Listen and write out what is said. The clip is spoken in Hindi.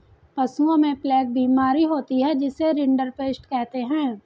पशुओं में प्लेग बीमारी होती है जिसे रिंडरपेस्ट कहते हैं